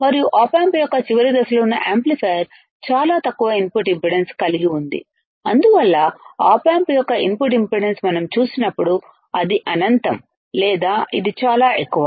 మరియు op amp యొక్క చివరి దశలో ఉన్న యాంప్లిఫైయర్ చాలా తక్కువ ఇన్పుట్ ఇంపిడెన్స్ కలిగి ఉంది అందువల్ల ఆప్ ఆంప్ యొక్క ఇన్పుట్ ఇంపిడెన్స్గురించి మనం చూసినప్పుడు అది అనంతం లేదా ఇది చాలా ఎక్కువ